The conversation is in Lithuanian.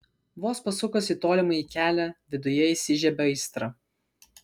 vos pasukus į tolimąjį kelią viduje įsižiebia aistra